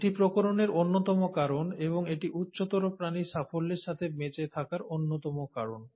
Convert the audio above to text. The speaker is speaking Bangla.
এটি প্রকরণের অন্যতম প্রধান কারণ এবং এটি উচ্চতর প্রাণীর সাফল্যের সাথে বেঁচে থাকার অন্যতম কারণ